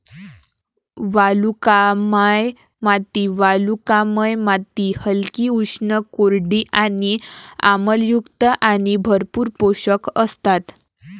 वालुकामय माती वालुकामय माती हलकी, उष्ण, कोरडी आणि आम्लयुक्त आणि भरपूर पोषक असतात